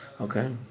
Okay